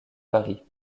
paris